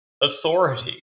authority